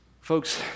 Folks